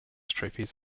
trophies